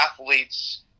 athletes